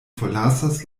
forlasas